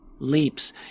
leaps